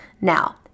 Now